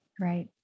Right